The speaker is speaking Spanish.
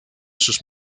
sus